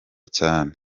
cyane